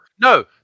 no